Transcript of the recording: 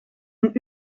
een